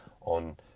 on